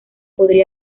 podría